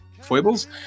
foibles